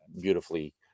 beautifully